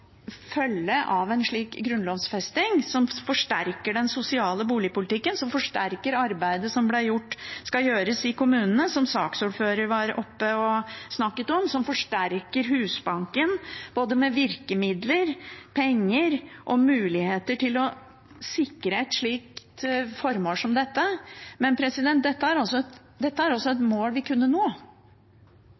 følge av en slik grunnlovfesting som forsterker den sosiale boligpolitikken, som forsterker arbeidet som skal gjøres i kommunene, som saksordføreren var oppe og snakket om, som forsterker Husbanken med både virkemidler, penger og muligheter til å sikre et slikt formål som dette. Men dette er altså et mål vi kunne nådd. Det er